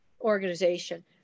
organization